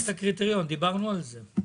לשנות את הקריטריון, דיברנו על זה.